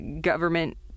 government